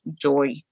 joy